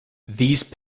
these